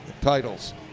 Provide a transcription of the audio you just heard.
titles